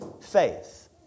faith